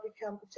become